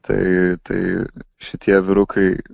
tai tai šitie vyrukai